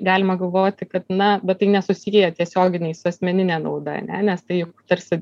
galima galvoti kad na bet tai nesusiję tiesioginiai su asmenine nauda ane nes tai tarsi